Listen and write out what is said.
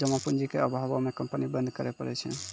जमा पूंजी के अभावो मे कंपनी बंद करै पड़ै छै